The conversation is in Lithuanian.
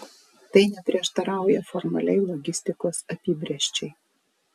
tai neprieštarauja formaliai logistikos apibrėžčiai